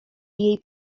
jej